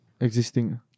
existing